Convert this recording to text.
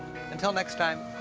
until next time,